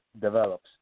develops